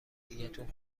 دیگتون